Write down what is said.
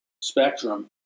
spectrum